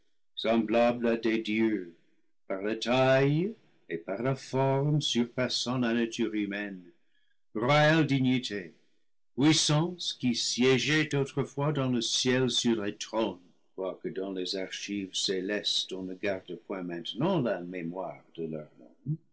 semblables à des dieux par la taille et par la forme surpassant la nature humaine royales dignités puissances qui siégeaient autrefois dans le ciel sur les trônes quoique dans les archives célestes on ne garde point maintenant la mémoire de leurs noms